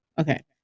okay